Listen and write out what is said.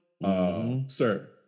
Sir